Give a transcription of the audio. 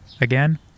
again